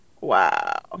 Wow